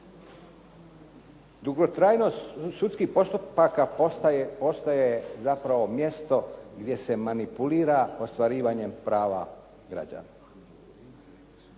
Dugotrajnost sudskih postupaka postaje zapravo mjesto gdje se manipulira ostvarivanjem prava građana.